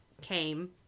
came